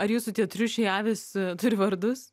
ar jūsų tie triušiai avys turi vardus